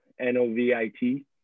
N-O-V-I-T